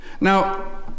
Now